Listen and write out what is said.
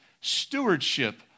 stewardship